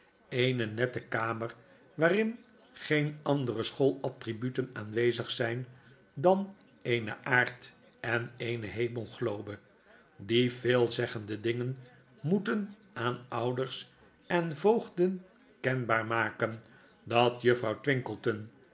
eene nette kamer waarin geen andere school attributen aanwezig zyn dan eene aard en eene hemelglobe die veelzeggende dingen moeten aan ouders en voogden kenbaar maken dat juffrouw